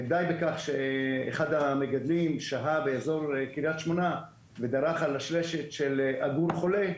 די בכך שאחד המגדלים שהה באזור קריית שמונה ודרך על לשלשת של עגור חולה,